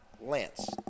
Lance